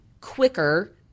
quicker